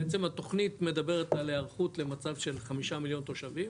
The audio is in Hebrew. בעצם התוכנית מדברת על הערכות למצב של חמישה מיליון תושבים